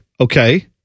okay